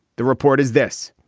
the report is this.